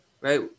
right